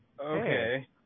okay